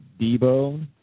Debo